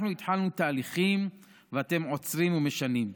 אנחנו התחלנו תהליכים, ואתם עוצרים ומשנים.